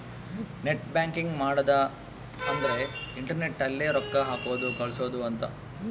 net banking ಮಾಡದ ಅಂದ್ರೆ internet ಅಲ್ಲೆ ರೊಕ್ಕ ಹಾಕೋದು ಕಳ್ಸೋದು ಅಂತ